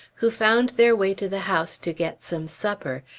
who found their way to the house to get some supper,